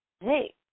Hey